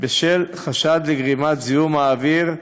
אז תחשוב כמה קשה לכסות את הבור שהשארתם.